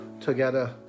Together